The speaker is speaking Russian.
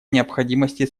необходимости